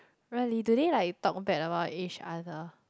really do they like talk bad about each other